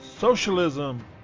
Socialism